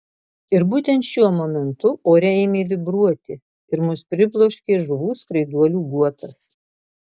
ir būtent šiuo momentu ore ėmė vibruoti ir mus pribloškė žuvų skraiduolių guotas